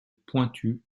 pointu